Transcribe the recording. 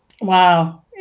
Wow